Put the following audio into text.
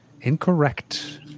Incorrect